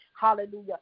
Hallelujah